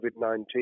COVID-19